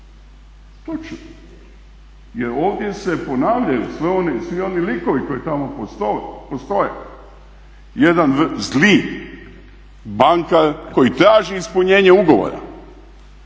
Točno, jer ovdje se ponavljaju svi oni likovi koji tamo postoje. Jedan zli bankar koji traži ispunjenje ugovora,